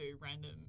random